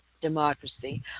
democracy